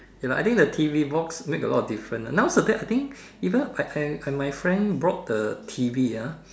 ya lah I think the T_V box makes a lot of difference ah nowadays I think even my my friend bought the T_V ah